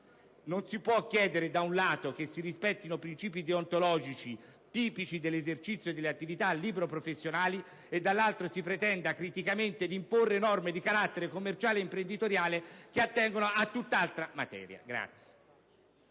Non si può, da un lato, chiedere che si rispettino principi deontologici tipici dell'esercizio delle attività libero-professionali e, dall'altro, pretendere acriticamente di imporre norme di carattere commerciale e imprenditoriale che attengono a tutt'altra materia.